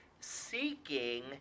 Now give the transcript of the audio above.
seeking